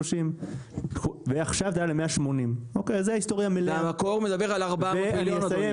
עכשיו זה עלה ל-180 מיליון ₪.